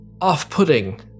off-putting